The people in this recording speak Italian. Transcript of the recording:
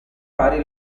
vari